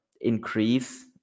increase